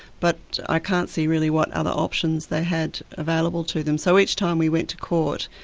but i can't see really what other options they had available to them. so each time we went to court,